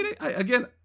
again